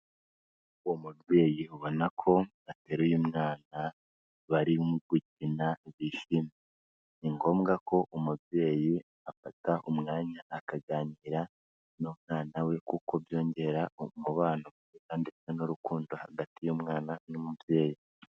Umubyeyi ubona ko ateye umwana, barimo gukina bishimye. Ni ngombwa ko umubyeyi afata umwanya akaganira n'umwana we, kuko byongera umubano ndetse kandi n'urukundo hagati y'umwana n'umubyeyi.